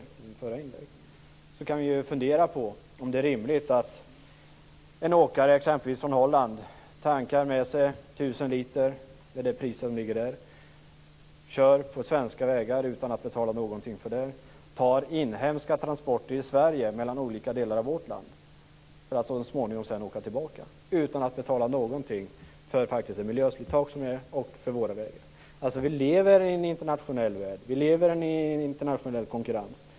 Där kan vi fundera på om det är rimligt att en åkare från t.ex. Holland tankar med sig 1 000 liter, för det pris som gäller där, och kör på svenska vägar utan att betala någonting för det. Sedan tar han kanske inhemska transporter i Sverige mellan olika delar av vårt land för att så småningom åka tillbaka utan att betala någonting för det miljöslitage som åstadkoms och för slitaget på våra vägar. Vi lever i en internationell värld. Vi lever i en internationell konkurrens.